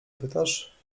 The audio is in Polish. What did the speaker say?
pytasz